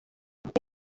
reba